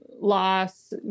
loss